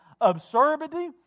absurdity